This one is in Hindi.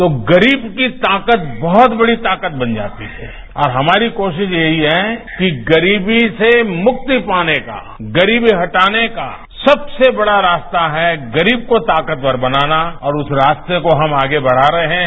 तो गरीब की ताकत बहुत बड़ी ताकत बन जाती है और हमारी कोशिश यही है कि गरीबी से मुक्ति पाने का गरीबी हटाने का सबसे बड़ा रास्ता है गरीब को ताकतवर बनाना और उस रास्ते को हम आगे बढ़ा रहे हैं